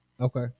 okay